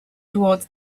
toward